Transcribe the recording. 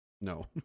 No